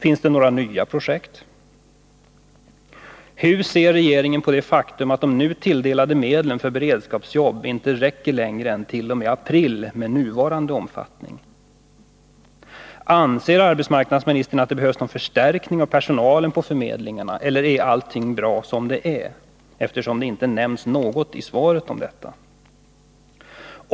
Finns det några nya projekt? Hur ser regeringen på det faktum att de nu tilldelade medlen för beredskapsjobb inte räcker längre än t.o.m. april med nuvarande omfattning? Anser arbetsmarknadsministern att det behövs någon förstärkning av personalen på förmedlingarna? Eller är allting bra som det är, eftersom det inte nämns någonting i svaret om detta?